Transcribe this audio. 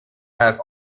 have